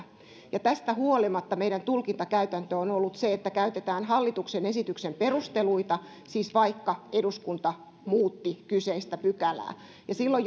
tästä huolimatta meidän tulkintakäytäntömme on ollut se että käytetään hallituksen esityksen perusteluita siis vaikka eduskunta muutti kyseistä pykälää ja silloin